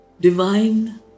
Divine